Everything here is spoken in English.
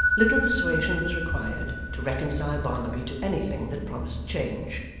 little persuasion was required to reconcile barnaby to anything that promised change.